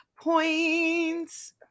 points